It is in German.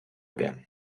bern